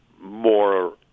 more